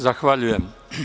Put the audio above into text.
Zahvaljujem.